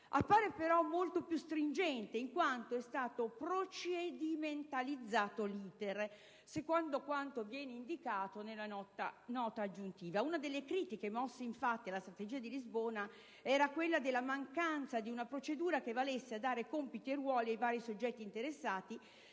Appare però molto più stringente in quanto è stato procedimentalizzato l'*iter* (secondo quanto indicato nella nota aggiuntiva). Una delle critiche mosse infatti alla Strategia di Lisbona era quella della mancanza di una procedura che valesse a dare compiti e ruoli ai vari soggetti interessati,